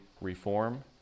reform